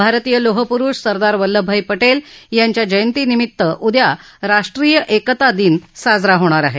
भारतीय लोहपुरुष सरदार वल्लभभाई पटेल यांच्या जयंतीनिमित्त उद्या राष्ट्रीय एकता दिन साजरा होणार आहे